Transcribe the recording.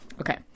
Okay